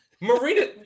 Marina